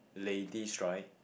ladies right